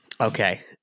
Okay